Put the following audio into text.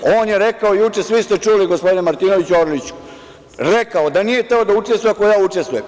On je rekao juče, svi ste čuli, gospodine Martinoviću, Orliću, rekao da nije hteo da učestvuje ako ja učestvujem.